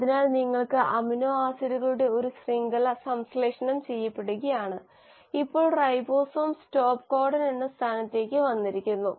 അതിനാൽ നിങ്ങൾക്ക് അമിനോ ആസിഡുകളുടെ ഒരു ശൃംഖല സംശ്ലേഷണം ചെയ്യപ്പെടുകയാണ് ഇപ്പോൾ റൈബോസോം സ്റ്റോപ്പ് കോഡൺ എന്ന സ്ഥാനത്തേക്ക് വന്നിരിക്കുന്നു